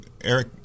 eric